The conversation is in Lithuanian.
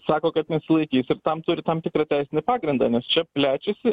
sako kad nesilaikys ir tam turi tam tikrą teisinį pagrindą nes čia plečiasi